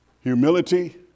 humility